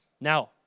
Now